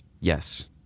Yes